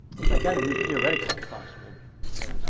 which i kind of knew theoretically was possible, but didn't know